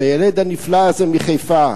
של הילד הנפלא הזה מחיפה,